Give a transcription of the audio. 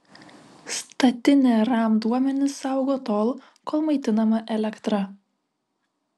statinė ram duomenis saugo tol kol maitinama elektra